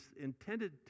intended